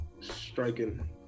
striking